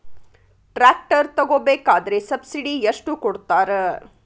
Tractor ತಗೋಬೇಕಾದ್ರೆ subsidy ಎಷ್ಟು ಕೊಡ್ತಾರ?